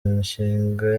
mishinga